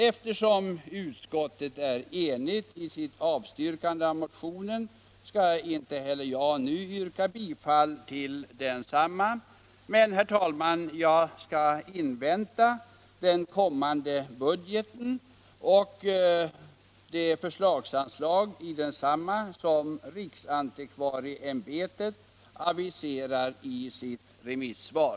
Eftersom utskottet är enigt i sitt avstyrkande av motionen skall inte heller jag nu yrka bifall till densamma. Jag skall invänta den kommande budgeten och det förslagsanslag i densamma som riksantikvarieämbetet aviserar i sitt remissvar.